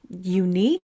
unique